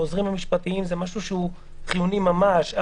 העוזרים המשפטיים זה משהו חיוני ממש,